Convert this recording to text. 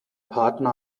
partner